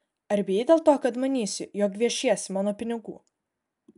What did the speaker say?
ar bijai dėl to kad manysiu jog gviešiesi mano pinigų